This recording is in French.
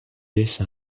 laisse